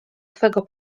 twego